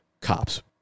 cops